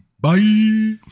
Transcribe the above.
Bye